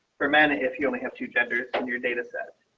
for man if you only have two genders and your data set.